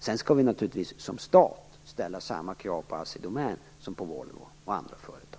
Sedan skall vi naturligtvis som stat ställa samma krav på Assi Domän som på Volvo och andra företag.